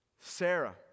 Sarah